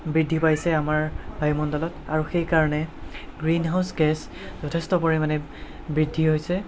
বৃদ্ধি পাইছে আমাৰ বায়ুমণ্ডলত আৰু সেইকাৰণে গ্ৰীণ হাউচ গেছ যথেষ্ট পৰিমাণে বৃদ্ধি হৈছে